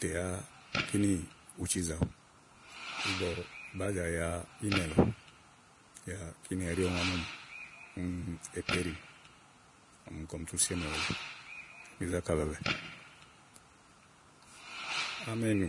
Tè yá kínì, ù ci zèe aɖu ígbɔ bàáa zì aya inɛ̀ lɔ yá kíni ɛɖí ɔmi wá mu mù epéɖì úni ɔmi kɔm tú si éèmèwù èle, bízákà bɛ̀ɛɛ̀bɛ̀ɛ áménù